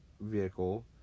vehicle